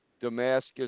Damascus